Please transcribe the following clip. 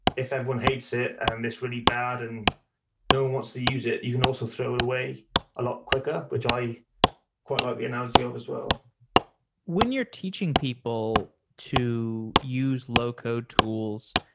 if everyone hates it and it's really bad and no one wants to use it, you can also throw it away a lot quicker, which i quite like the analogy of as well when you're teaching people to use low-code tools,